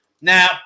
Now